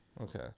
Okay